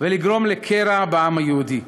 ולגרום לקרע בעם היהודי.